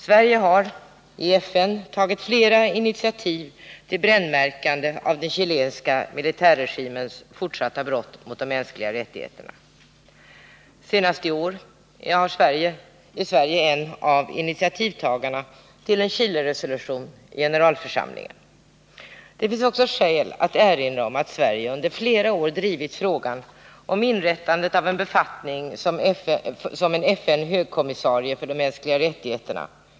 Sverige har i FN tagit flera initiativ till brännmärkande av den chilenska militärregimens fortsatta brott mot de mänskliga rättigheterna. Senast i år är Sverige en av initiativtagarna till en Chileresolution i generalförsamlingen. Det finns också skäl att erinra om att Sverige under flera år drivit frågan om inrättandet av en befattning som FN högkommissarie för de mänskliga rättigheterna.